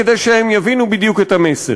כדי שהם יבינו בדיוק את המסר.